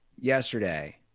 yesterday